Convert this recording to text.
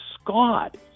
scott